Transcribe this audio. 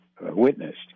witnessed